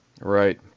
Right